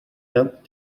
helped